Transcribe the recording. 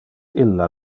illa